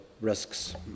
risks